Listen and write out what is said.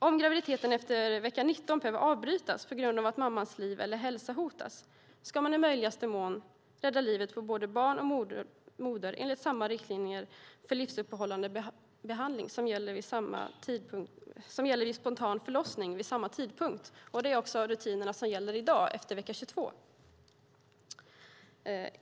Om graviditeten behöver avbrytas efter vecka 19 på grund av att mammans liv eller hälsa hotas ska man i möjligaste mån rädda livet på både barn och moder, enligt samma riktlinjer för livsuppehållande behandling som gäller vid en spontan förlossning vid samma tidpunkt. Det är också de rutiner som gäller i dag efter vecka 22.